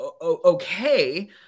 okay